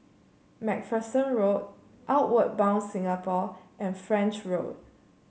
MacPherson Road Outward Bound Singapore and French Road